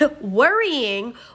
worrying